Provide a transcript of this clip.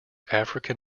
african